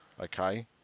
Okay